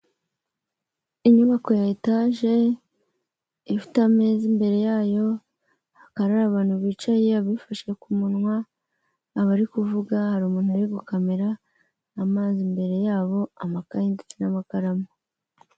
Inyubako ya etaje ifite ameza imbere yayo, hakaba hari abantu bicaye bifashe ku munwa, abari kuvuga, hari umuntu uri gukamera, amazi imbere yabo, amakaye ndetse n'amakaramu.